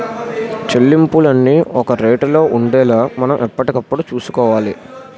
చెల్లింపులన్నీ ఒక రేటులో ఉండేలా మనం ఎప్పటికప్పుడు చూసుకోవాలి